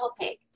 topic